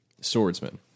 swordsman